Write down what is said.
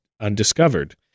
undiscovered